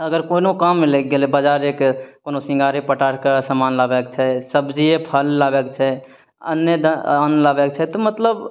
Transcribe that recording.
अगर कोनो काममे लागि गेलै बजारेके कोनो सिंगारे पटारके समान लाबएके छै सब्जीये फल लाबएके छै अन्येदा अन्न लाबएके छै तऽ मतलब